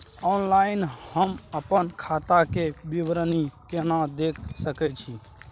Online हम अपन खाता के विवरणी केना देख सकै छी?